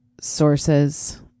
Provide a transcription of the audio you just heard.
sources